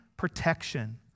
protection